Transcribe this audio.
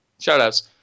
Shoutouts